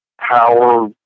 power